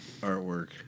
artwork